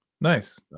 Nice